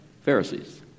Pharisees